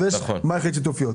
ויש מערכת שיתופיות.